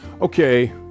okay